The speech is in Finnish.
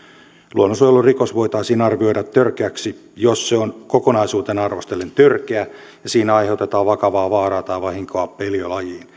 luonnonsuojelurikos voitaisiin arvioida törkeäksi jos se on kokonaisuutena arvostellen törkeä ja siinä aiheutetaan vakavaa vaaraa tai vahinkoa eliölajin